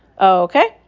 Okay